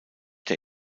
der